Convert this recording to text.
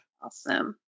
awesome